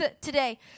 today